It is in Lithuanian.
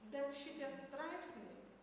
bet šitie straipsniai